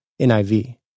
NIV